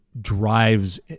drives